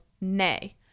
nay